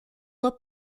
uma